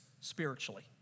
spiritually